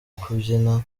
kubyina